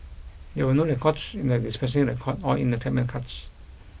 there were no records in the dispensing record or in the treatment cards